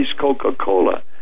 Coca-Cola